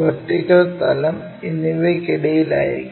vertical തലം എന്നിവയ്ക്കിടയിലായിരിക്കണം